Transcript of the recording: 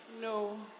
No